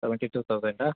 seventy two thousand